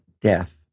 death